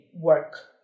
work